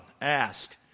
Ask